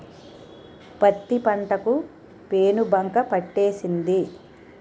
పత్తి పంట కి పేనుబంక పట్టేసింది